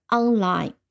online